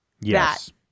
Yes